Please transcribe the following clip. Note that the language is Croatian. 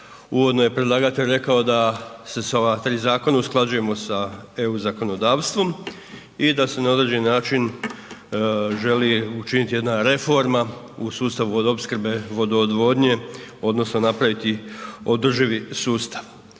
Uvodno je predlagatelj rekao da se sa ova tri zakona usklađujemo sa EU zakonodavstvom i da se na određeni način želi učiniti jedna reforma u sustavu vodoopskrbe, vodoodvodnje odnosno napraviti održivi sustav.